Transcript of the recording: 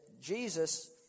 Jesus